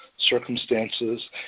circumstances